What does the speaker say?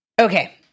okay